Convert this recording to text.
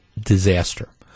disaster